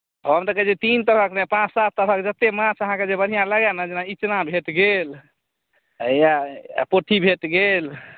हम तऽ कहै छी जे तीन तरहक नहि पाँच सात तरहक जत्तेक माछ अहाँकेँ जे बढ़िआँ लागय ने जेना इचना भेट गेल आ इएह पोठी भेट गेल